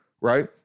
right